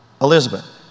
Elizabeth